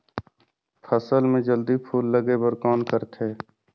फसल मे जल्दी फूल लगे बर कौन करथे?